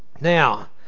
now